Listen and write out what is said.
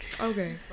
Okay